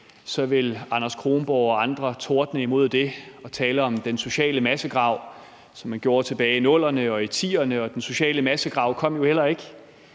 så ville Anders Kronborg og andre tordne imod det og tale om den sociale massegrav, som man gjorde det tilbage i 00'erne og i 2010'erne. Den sociale massegrav kom jo ikke,